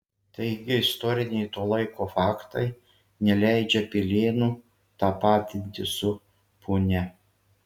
taigi istoriniai to laiko faktai neleidžia pilėnų tapatinti su punia